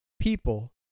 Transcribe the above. people